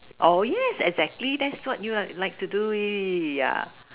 oh yes exactly that's what you like to do ya